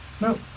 No